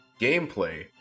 gameplay